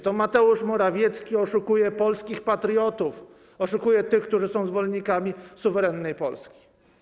To Mateusz Morawiecki oszukuje polskich patriotów, oszukuje tych, którzy są zwolennikami suwerennej Polski.